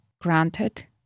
granted